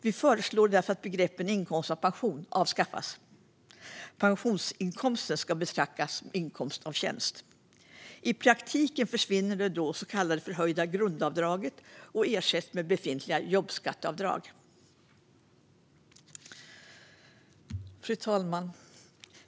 Vi föreslår därför att begreppet inkomst av pension avskaffas. Pensionsinkomsten ska betraktas som inkomst av tjänst. I praktiken försvinner då det så kallade förhöjda grundavdraget och ersätts med befintliga jobbskatteavdrag. Fru talman!